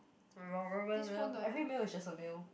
meal every meal is just a meal